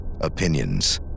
opinions